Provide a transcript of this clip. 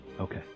Okay